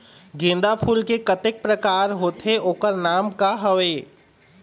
गेंदा फूल के कतेक प्रकार होथे ओकर नाम का हवे?